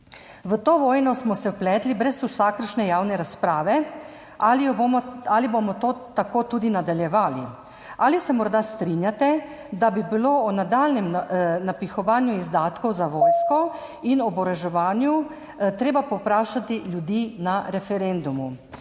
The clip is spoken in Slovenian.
V to vojno smo se vpletli brez vsakršne javne razprave, ali bomo tako tudi nadaljevali? Ali se morda strinjate, da bi bilo o nadaljnjem napihovanju izdatkov za vojsko in oboroževanju treba povprašati ljudi na referendumu?